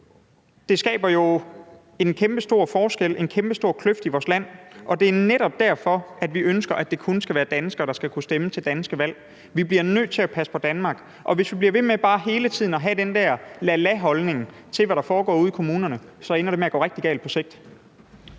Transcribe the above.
Det skaber en kæmpestor forskel og en kæmpestor kløft i vores land, og det er netop derfor, vi ønsker, at det kun skal være danskere, der kan stemme til danske valg. Vi bliver nødt til at passe på Danmark, og hvis vi hele tiden bare bliver ved med at have den der lala holdning til, hvad der foregår ude i kommunerne, så ender det på sigt med at gå rigtig galt. Kl.